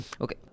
Okay